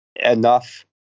enough